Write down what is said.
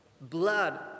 Blood